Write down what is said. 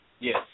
Yes